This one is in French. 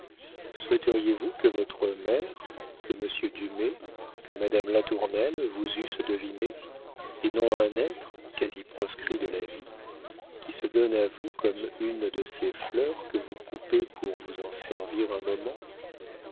ainsi souhaiteriez vous que votre mère que monsieur dumay que madame latournelle vous eussent devinée et non un être quasi proscrit de la vie qui se donne à vous comme une de ces fleurs que vous coupez pour vous en servir un moment